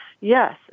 yes